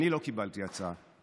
אני לא קיבלתי הצעה.